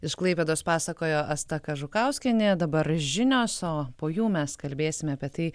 iš klaipėdos pasakojo asta kažukauskienė dabar žinios o po jų mes kalbėsime apie tai